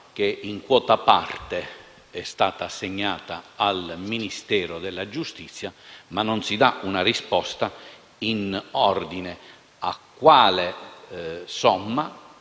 che in quota parte è stata assegnata al Ministero della giustizia, ma non si dà una risposta in ordine a quale somma